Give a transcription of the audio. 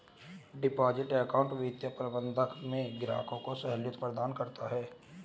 deposit account वित्तीय प्रबंधन में ग्राहक को सहूलियत प्रदान करता है